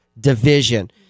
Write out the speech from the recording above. division